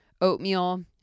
oatmeal